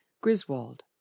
Griswold